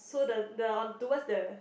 so the the on towards the